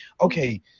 okay